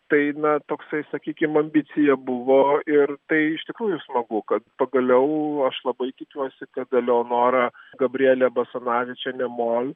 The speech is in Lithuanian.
tai na toksai sakykim ambicija buvo ir tai iš tikrųjų smagu kad pagaliau aš labai tikiuosi kad eleonora gabrielė basanavičienė mol